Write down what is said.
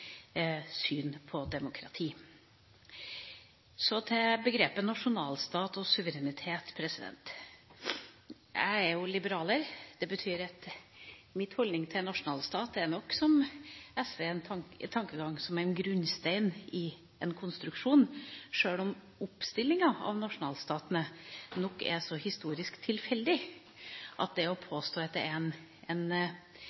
syn på demokratiet. Så til begrepene «nasjonalstat» og «suverenitet». Jeg er jo liberaler. Det betyr at min holdning til «nasjonalstat» nok er, som for SV, en tankegang om en grunnstein i en konstruksjon, sjøl om oppstillinga av nasjonalstatene nok er så historisk tilfeldig at det å